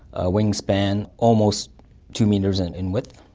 ah wingspan almost two metres in in width.